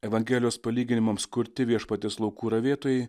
evangelijos palyginimams kurti viešpaties laukų ravėtojai